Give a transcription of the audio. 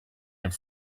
have